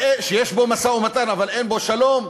שיש בו משא-ומתן אבל אין בו שלום,